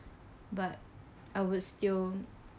but I would still